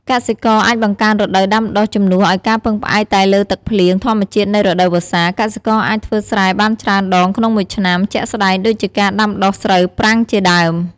កសិករអាចបង្កើនរដូវដាំដុះជំនួសឱ្យការពឹងផ្អែកតែលើទឹកភ្លៀងធម្មជាតិនៃរដូវវស្សា កសិករអាចធ្វើស្រែបានច្រើនដងក្នុងមួយឆ្នាំ ជាក់ស្ដែងដូចជាការដាំដុះស្រូវប្រាំងជាដើម។